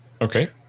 Okay